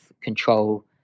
control